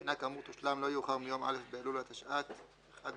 בחינה כאמור תושלם לא יאוחר מיום א' באלול התשע"ט (1.09.2019),